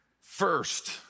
first